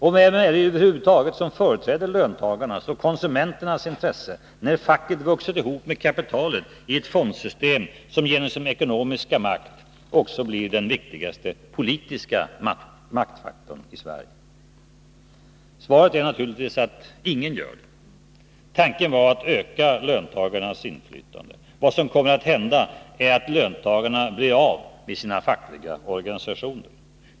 Och vem är det över huvud taget som företräder löntagarnas och konsumenternas intressen, när facket vuxit ihop med kapitalet i ett fondsystem, som genom sin ekonomiska makt också blir den viktigaste politiska maktfaktorn i Sverige? Svaret är naturligtvis att ingen gör det. Tanken var att öka löntagarnas inflytande. Vad som kommer att hända är att löntagarna blir av med sina fackliga organisationer.